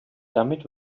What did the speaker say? damit